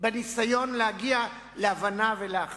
בניסיון להגיע להבנה ולאחדות.